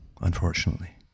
unfortunately